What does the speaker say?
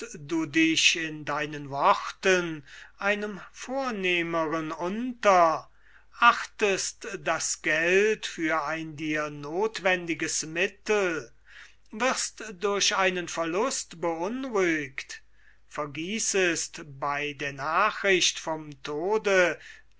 du dich in deinen worten einem vornehmeren unter achtest das geld für ein dir nothwendiges mittel wirst durch einen verlust beunruhigt vergießest bei der nachricht vom tode